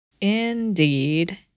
Indeed